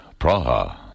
Praha